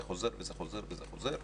זה חוזר וזה חוזר וזה חוזר.